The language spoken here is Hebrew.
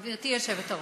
גברתי היושבת-ראש,